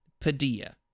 Padilla